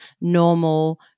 normal